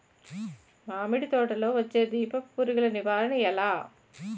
మామిడి తోటలో వచ్చే దీపపు పురుగుల నివారణ ఎలా?